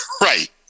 Right